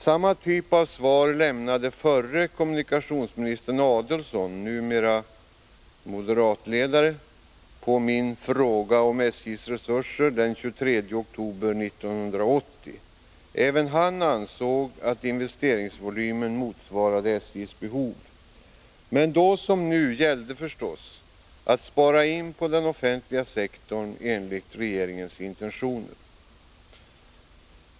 Samma typ av svar lämnade förre kommunikationsministern Adelsohn — numera moderatledare — på min fråga om SJ:s resurser den 23 oktober 1980. Även han ansåg att investeringsvolymen motsvarade SJ:s behov. Men då som nu gällde det förstås att spara in på den offentliga sektorn enligt regeringens intentioner.